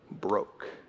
broke